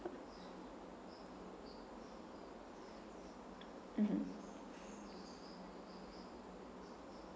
mmhmm